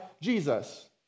Jesus